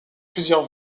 plusieurs